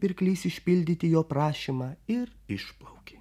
pirklys išpildyti jo prašymą ir išplaukė